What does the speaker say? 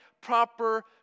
proper